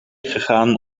gegaan